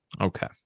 Okay